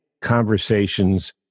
conversations